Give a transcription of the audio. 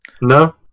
No